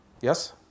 Yes